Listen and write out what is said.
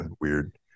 weird